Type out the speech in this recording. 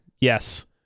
Yes